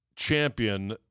champion